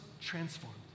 transformed